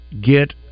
get